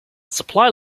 supply